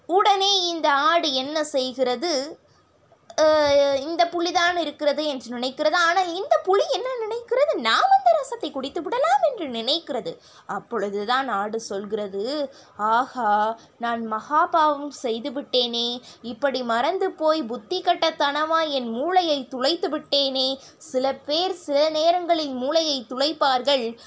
உடனே இந்த ஆடு என்ன செய்கிறது இந்த புலிதான் இருக்கிறது என்று நினைக்கிறது ஆனால் இந்த புலி என்ன நினைக்கிறது நாம் அந்த ரசத்தை குடித்து விடலாம் என்று நினைக்கிறது அப்பொழுதுதான் ஆடு சொல்கிறது ஆஹா நான் மகா பாவம் செய்துவிட்டேனே இப்படி மறந்து போய் புத்திகெட்ட தனமாக என் மூளையை துலைத்து விட்டேனே சிலபேர் சில நேரங்களில் மூளையை துலைப்பார்கள்